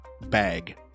Bag